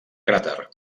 cràter